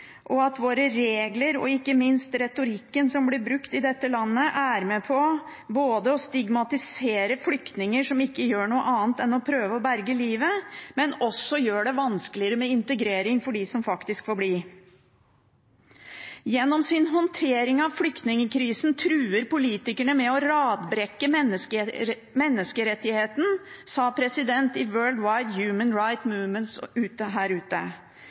og at våre regler, og ikke minst retorikken som blir brukt i dette landet, er med på å stigmatisere flyktninger som ikke gjør noe annet enn å prøve å berge livet, og også gjør det vanskeligere med integrering for dem som faktisk får bli. Gjennom sin håndtering av flyktningkrisen truer politikerne med å radbrekke menneskerettighetene, sa presidenten i Worldwide Human Rights Movement her ute.